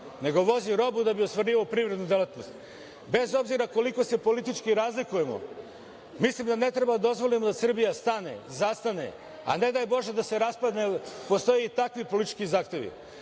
nego vozi robu da bi ostvarivao privrednu delatnost. Bez obzira koliko se politički razlikujemo, mislim da ne treba da dozvolimo da Srbija stane, zastane, a ne daj Bože da se raspadne, jer postoje i takvi politički zahtevi. Prema